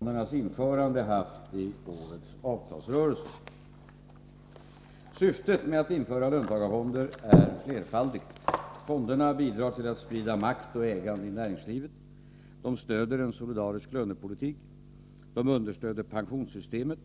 Herr talman! Filip Fridolfsson har frågat mig om vilken effekt löntagarfondernas införande haft i årets avtalsrörelse. Syftet med att införa löntagarfonder är flerfaldigt. Fonderna bidrar till att sprida makt och ägande i näringslivet, de stöder en solidarisk lönepolitik, de understöder pensionssystemet,